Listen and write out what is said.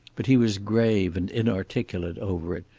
but he was grave and inarticulate over it,